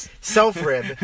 Self-rib